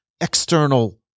external